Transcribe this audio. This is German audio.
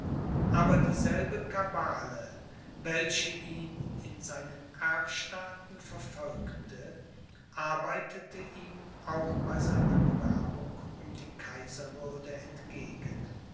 aber dieselbe kabale welche ihn in seinen erbstaaten verfolgte arbeitete ihm auch bei seiner bewerbung um die kaiserwürde entgegen